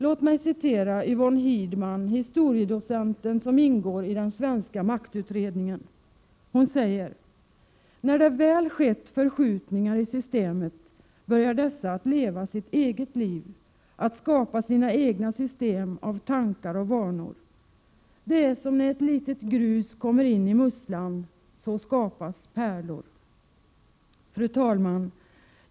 Låt mig citera Yvonne Hirdman, historiedocenten som ingår i den svenska maktutredningen. Hon säger: När det väl skett förskjutningar i systemet börjar dessa att leva sitt eget liv, att skapa sina egna system av tankar och vanor. Det är som när ett litet gruskorn kommer in i musslan — så skapas pärlor. Fru talman!